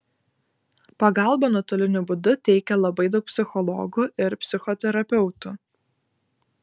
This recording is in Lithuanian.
pagalbą nuotoliniu būdu teikia labai daug psichologų ir psichoterapeutų